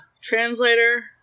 translator